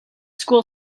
school